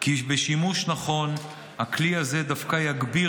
כי בשימוש נכון הכלי הזה דווקא יגביר